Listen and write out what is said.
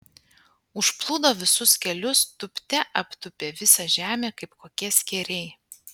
užplūdo visus kelius tūpte aptūpė visą žemę kaip kokie skėriai